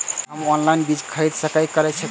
हम ऑनलाइन बीज के खरीदी केर सके छी?